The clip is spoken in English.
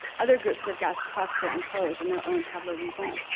other groups of guests cluster and pose in their own tableau vivant.